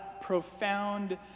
profound